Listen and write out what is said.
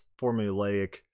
formulaic